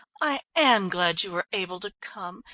i am glad you were able to come.